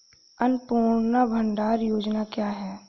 अन्नपूर्णा भंडार योजना क्या है?